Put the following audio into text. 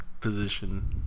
position